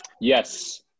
Yes